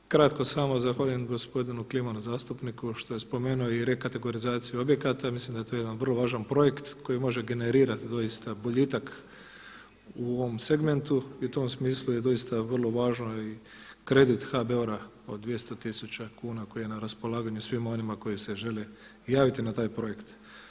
Samo kratko, zahvaljujem gospodinu Klimanu zastupniku što je spomenuo i rekategorizaciju objekata, mislim da je to jedan vrlo važan projekt koji može generirati doista boljitak u ovom segmentu i u tom smislu je doista vrlo važno i kredit HBOR-a od 200 tisuća kuna koji je na raspolaganju svima onima koji se žele javiti na taj projekt.